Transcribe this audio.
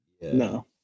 No